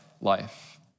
life